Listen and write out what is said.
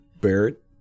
Barrett